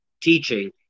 teaching